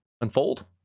Unfold